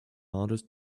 artist